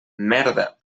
merda